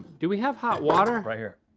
do we have hot water? and right here.